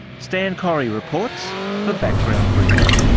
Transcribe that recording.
stan correy reports for background briefing.